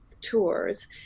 tours